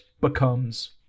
becomes